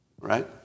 right